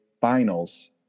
Finals